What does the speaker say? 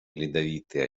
ледовитый